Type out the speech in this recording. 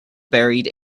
buried